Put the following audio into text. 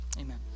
Amen